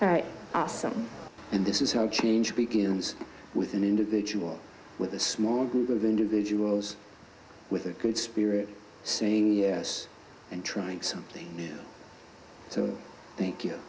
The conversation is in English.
hands awesome and this is how change begins with an individual with a small group of individuals with a good spirit seeing us and trying something so thank you